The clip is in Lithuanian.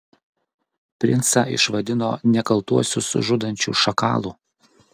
princą išvadino nekaltuosius žudančiu šakalu